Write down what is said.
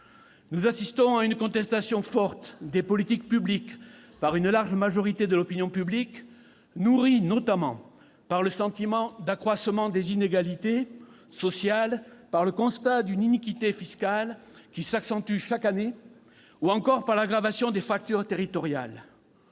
Nous assistons à une contestation forte des politiques publiques par une large majorité de l'opinion publique, nourrie notamment par le sentiment d'accroissement des inégalités sociales, par le constat d'une iniquité fiscale qui s'accentue chaque année ou encore par l'aggravation des fractures territoriales.